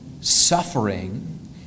suffering